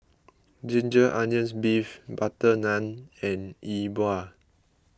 Ginger Onions Beef Butter Naan and Yi Bua